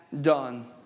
done